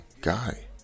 guy